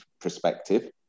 perspective